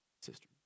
sister